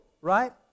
right